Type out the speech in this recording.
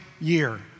year